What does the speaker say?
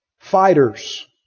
Fighters